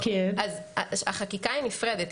אז החקיקה היא נפרדת.